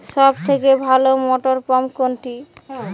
সবথেকে ভালো মটরপাম্প কোনটি?